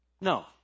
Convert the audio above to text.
No